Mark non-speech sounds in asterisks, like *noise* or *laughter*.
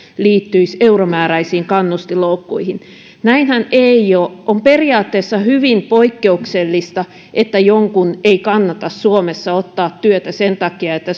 liittyisivät euromääräisiin kannustinloukkuihin näinhän ei ole on periaatteessa hyvin poikkeuksellista että jonkun ei kannata suomessa ottaa työtä sen takia että *unintelligible*